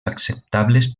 acceptables